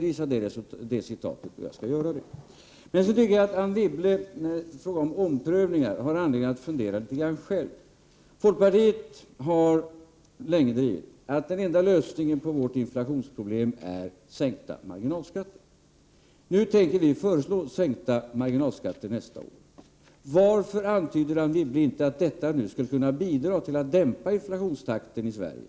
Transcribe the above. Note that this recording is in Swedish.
Visa ett citat, och jag skall göra det. När det gäller omprövningar tycker jag dock att Anne Wibble har anledning att fundera litet grand själv. Folkpartiet har länge drivit tesen att den enda lösningen på vårt inflationsproblem är sänkta marginalskatter. Vi tänker nu föreslå sänkta marginalskatter nästa år. Varför antyder inte Anne Wibble att detta skulle kunna bidra till att dämpa inflationstakten i Sverige?